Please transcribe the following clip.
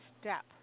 step